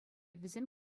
вӗсем